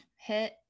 hit